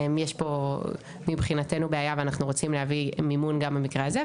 אז אומרים שיש פה בעיה ואנחנו רוצים להבין מימון גם במקרה הזה.